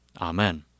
Amen